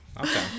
okay